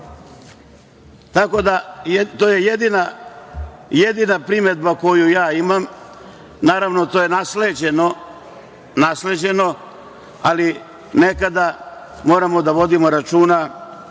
dve. Tako da, to je jedina primedba koju ja imam. Naravno, to je nasleđeno, ali nekada moramo da vodimo računa